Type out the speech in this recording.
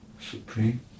Supreme